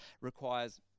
requires